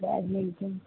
badminton